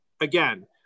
again